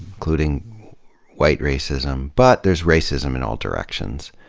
including white racism, but there's racism in all directions.